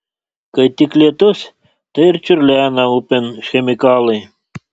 kai tik lietus tai ir čiurlena upėn chemikalai